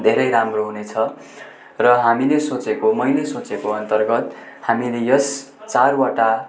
धेरै राम्रो हुनेछ र हामीले सोचेको मैले सोचेकोअन्तर्गत हामीले यस चारवटा